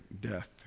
death